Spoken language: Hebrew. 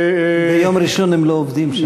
ביום ראשון הם לא עובדים שם.